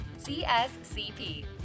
CSCP